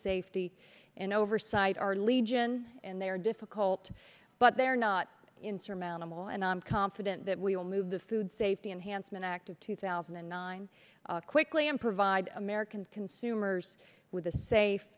safety and oversight are legion and they are difficult but they're not insurmountable and i'm confident that we will move the food safety and handsome an act of two thousand and nine quickly and provide american consumers with a safe